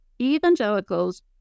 evangelicals